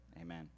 Amen